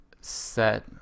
set